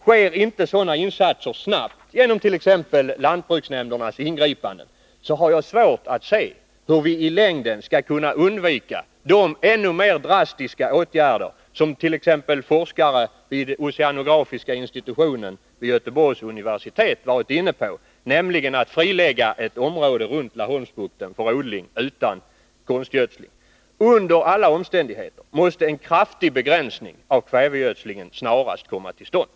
Sker inte sådana insatser snabbt genom t.ex. lantbruksnämndernas ingripanden, så har jag svårt att se hur vi i längden skall kunna undvika de ännu mer drastiska åtgärder som t.ex. forskare vid oceanografiska institutionen vid Göteborgs universitet varit inne på, nämligen att frilägga t.ex. områden runt Laholmsbukten för odling utan konstgödsling. Under alla omständigheter måste en kraftig begränsning av kvävegödslingen snarast komma till stånd.